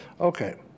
okay